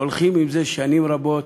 הולכים עם זה שנים רבות.